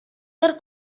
mwyaf